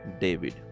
David